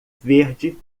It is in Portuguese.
verde